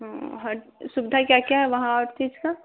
हर सुविधा क्या क्या है वहाँ हर चीज़ की